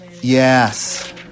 Yes